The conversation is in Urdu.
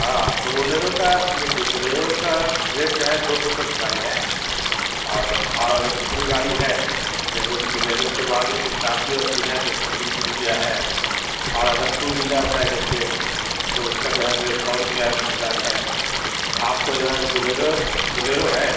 ہاں تو بولیرو کا دیکھیے بولیرو کا ریٹ جو ہے دو سو روپے دھلائی ہے اور اور اگر دوسری گاڑی ہے جیسے بولیرو کے بعد اسکارپیو ہوتی ہے تو اس کا تین سو روپیہ ہے اور اگر ٹو ویلر ہے جیسے تو اس کا جو ہے سے سو روپیہ دھلائی ہے آپ کو جو ہے بولیرو بولیرو ہے